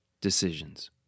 decisions